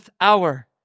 hour